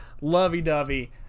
lovey-dovey